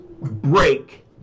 break